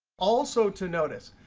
also to notice,